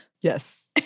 Yes